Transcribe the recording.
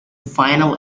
final